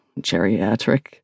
geriatric